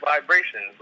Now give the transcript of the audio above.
vibrations